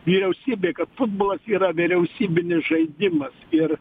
vyriausybė kad futbolas yra vyriausybinis žaidimas ir